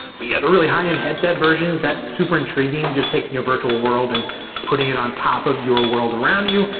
but yeah, the really high end headset versions, that's super intriguing, just taking a virtual world and putting it on top of your world around you,